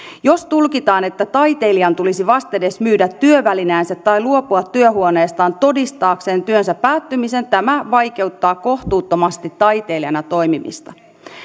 jos tulkitaan että taiteilijan tulisi vastedes myydä työvälineensä tai luopua työhuoneestaan todistaakseen työnsä päättymisen tämä vaikeuttaa kohtuuttomasti taiteilijana toimimista